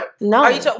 No